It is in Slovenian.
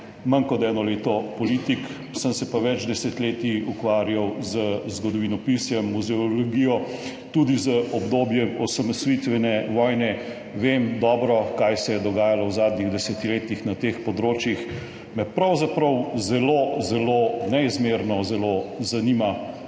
manj kot eno leto politik, sem se pa več desetletij ukvarjal z zgodovinopisjem, muzeologijo, tudi z obdobjem osamosvojitvene vojne, vem dobro, kaj se je dogajalo v zadnjih desetletjih na teh področjih –pravzaprav zelo, zelo, neizmerno zelo zanima,